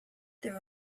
there